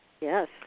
Yes